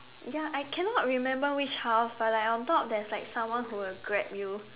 ya I cannot remember which house but like on top there's like someone who will grab you